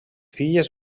filles